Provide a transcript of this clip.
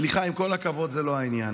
סליחה, עם כל הכבוד, זה לא העניין.